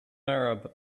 arab